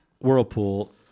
whirlpool